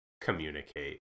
communicate